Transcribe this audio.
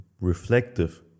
reflective